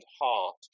heart